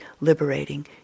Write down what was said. liberating